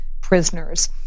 prisoners